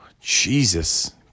Jesus